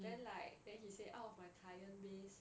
then like then he say out of my client base